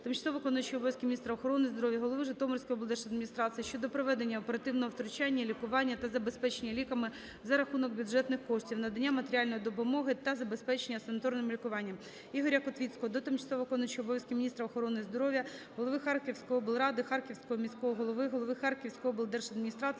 тимчасово виконуючої обов'язки міністра охорони здоров'я, голови Житомирської облдержадміністрації щодо проведення оперативного втручання, лікування та забезпечення ліками за рахунок бюджетних коштів; надання матеріальної допомоги та забезпечення санаторним лікуванням. Ігоря Котвіцького до тимчасово виконуючої обов'язки міністра охорони здоров'я, голови Харківської облради, Харківського міського голови, голови Харківської облдержадміністрації